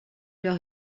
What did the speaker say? leur